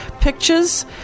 Pictures